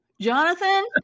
Jonathan